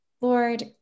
Lord